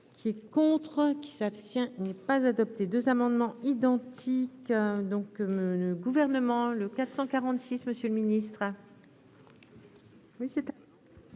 ...